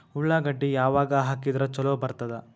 ಉಳ್ಳಾಗಡ್ಡಿ ಯಾವಾಗ ಹಾಕಿದ್ರ ಛಲೋ ಬರ್ತದ?